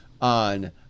on